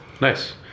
Nice